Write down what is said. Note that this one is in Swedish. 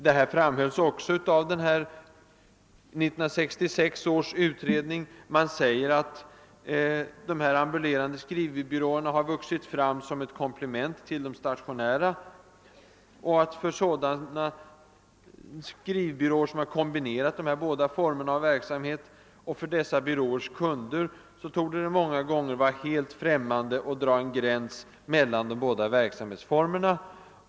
Detta framhölls också av 1966 års utredning, som konstaterade att >de ambulerande skrivbyråerna har vuxit fram som komplement till de stationära och att det för sådana skrivbyråer, som har kombinerat de båda formerna av verksamhet, och för dessa byråers kunder torde vara helt främmande att dra en gräns mellan de båda verksamhetsformerna».